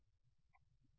విద్యార్థి ఇండక్టర్